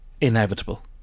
Inevitable